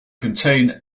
contain